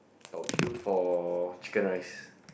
I'll queue for chicken rice